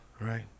Right